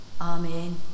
Amen